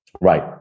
Right